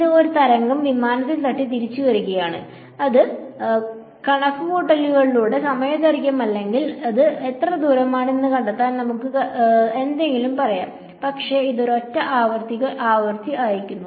ഇത് ഒരു തരംഗം വിമാനത്തിൽ തട്ടി തിരിച്ചുവരികയാണ് അത് കണക്കുകൂട്ടുന്നതിലൂടെ സമയദൈർഘ്യം അല്ലെങ്കിൽ അത് എത്ര ദൂരമാണെന്ന് കണ്ടെത്താൻ നമുക്ക് എന്തെങ്കിലും പറയാം പക്ഷേ ഇത് ഒരൊറ്റ ആവൃത്തി അയയ്ക്കുന്നു